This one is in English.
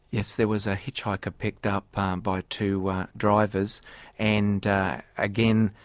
yes. there was a hitchhiker picked up um by two drivers and again,